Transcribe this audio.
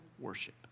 worship